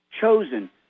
chosen